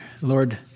Lord